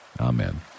amen